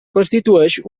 constitueix